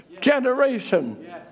generation